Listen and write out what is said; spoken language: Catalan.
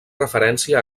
referència